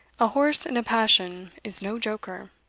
a horse in a passion is no joker.